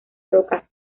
rocas